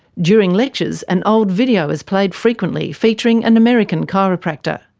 during lectures an old video is played frequently featuring an american chiropractor.